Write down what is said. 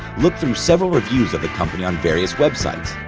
look through several reviews of the company on various web sites.